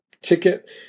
ticket